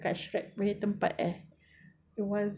wasn't that !wow! ah